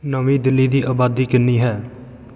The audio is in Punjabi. ਨਵੀਂ ਦਿੱਲੀ ਦੀ ਆਬਾਦੀ ਕਿੰਨੀ ਹੈ